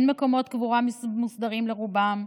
אין מקומות קבורה מוסדרים לרובם,